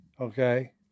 Okay